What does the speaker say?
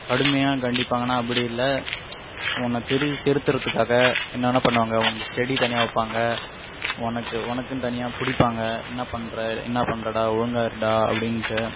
கடுமையாக கண்டிப்பாங்கன்னா அப்படி இல்லை உன்னை திரு திருத்துறத்துக்காக என்ன வேணுணா பண்ணுவாங்க உனக்கு ஸ்டடி தனியாக வைப்பாங்க உனக்கு உனக்குனு தனியாக படிப்பாங்க என்ன பண்ணுற என்ன பண்ணுறடா ஒழுங்காக இருடா அப்டின்ட்டு